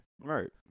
Right